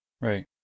Right